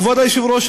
כבוד היושב-ראש,